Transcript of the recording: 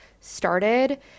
started